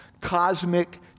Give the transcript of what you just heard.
Cosmic